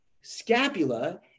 scapula